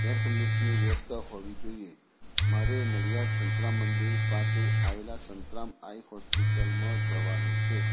air કંડિશનની વ્યવસ્થા હોવી જોઈએ મારે નડિયાદ સંતરામ મંદિર પાસે આવેલાં સંતરામ આય હોસ્પિટલમાં જવાનું છે